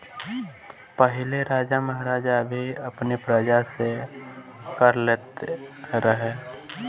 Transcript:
पहिले राजा महाराजा भी अपनी प्रजा से कर लेत रहे